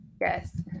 yes